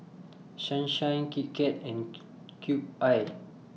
Sunshine Kit Kat and Cube I